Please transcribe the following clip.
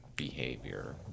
behavior